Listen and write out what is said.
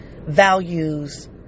values